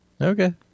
Okay